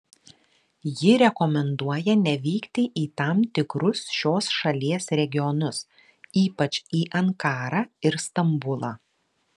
ji rekomenduoja nevykti į tam tikrus šios šalies regionus ypač į ankarą ir stambulą